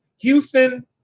Houston